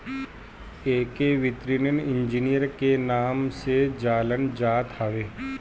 एके वित्तीय इंजीनियरिंग के नाम से जानल जात हवे